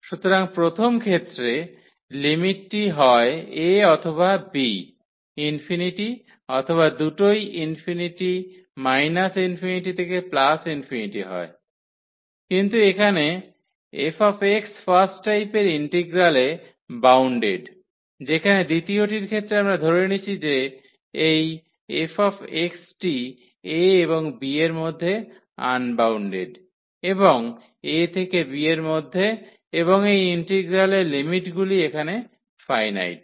সুতরাং প্রথম ক্ষেত্রে লিমিটটি হয় a অথবা b ∞ অথবা দুটোই ∞∞ থেকে ∞ হয় কিন্তু এখানে fx ফার্স্ট টাইপের ইন্টিগ্রালে বাউন্ডেড যেখানে দ্বিতীয়টির ক্ষেত্রে আমরা ধরে নিচ্ছি যে এই অ্যা fx টি a এবং b এর মধ্যে আনবাউন্ডেড এবং a থেকে b এর মধ্যে এবং এই ইন্টিগ্রালের লিমিটগুলি এখানে ফাইনাইট